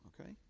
okay